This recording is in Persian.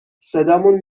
صدامون